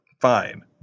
fine